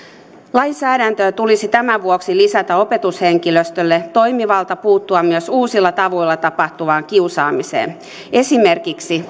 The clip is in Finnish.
lainsäädäntöön tulisi tämän vuoksi lisätä opetushenkilöstölle toimivalta puuttua myös uusilla tavoilla tapahtuvaan kiusaamiseen esimerkiksi